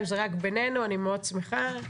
אני שמחה מאוד,